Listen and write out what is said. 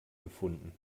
gefunden